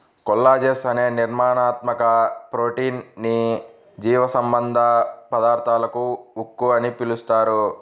collagen అనే నిర్మాణాత్మక protein ని జీవసంబంధ పదార్థాల ఉక్కు అని పిలుస్తారు